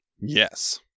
Yes